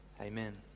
Amen